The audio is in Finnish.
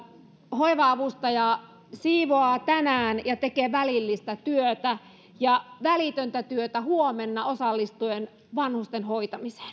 hoiva avustaja siivoaa tänään ja tekee välillistä työtä ja välitöntä työtä huomenna osallistuen vanhusten hoitamiseen